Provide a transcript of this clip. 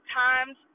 times